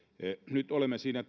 nyt olemme siinä